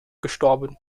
gestorben